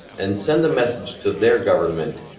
and send a message to their government,